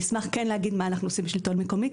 אני כן אשמח להגיד מה אנחנו עושים בשלטון המקומי,